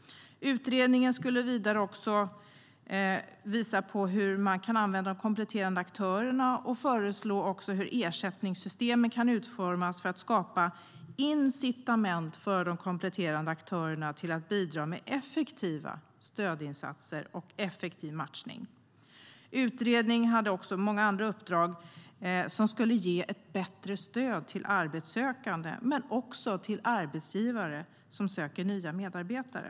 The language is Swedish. Utredningen skulle vidare visa på hur man kan använda de kompletterande aktörerna och även föreslå hur ersättningssystemet kan utformas för att skapa incitament för de kompletterande aktörerna att bidra med effektiva stödinsatser och effektiv matchning. Utredningen hade också många andra uppdrag som skulle ge ett bättre stöd inte bara till arbetssökande utan även till arbetsgivare som söker nya medarbetare.